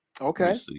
Okay